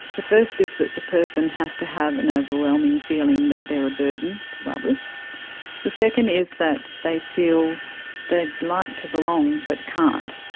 the first is that the person has to have an overwhelming feeling that they are a burden to others. the second is that they feel they'd like to belong but can't.